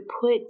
put